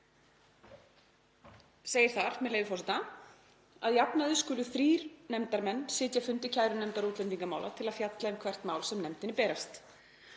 Segir þar, með leyfi forseta: „Að jafnaði skulu þrír nefndarmenn sitja fundi kærunefndar útlendingamála til að fjalla um hvert mál sem nefndinni berst.